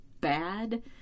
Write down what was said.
bad